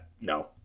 no